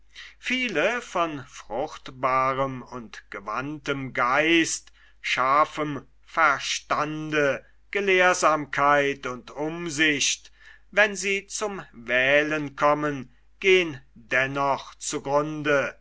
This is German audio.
viele von fruchtbarem und gewandtem geist scharfem verstande gelehrsamkeit und umsicht wenn sie zum wählen kommen gehn dennoch